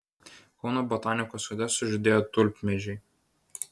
kauno botanikos sode sužydėjo tulpmedžiai